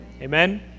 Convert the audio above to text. amen